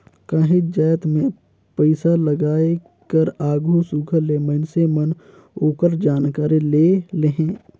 काहींच जाएत में पइसालगाए कर आघु सुग्घर ले मइनसे मन ओकर जानकारी ले लेहें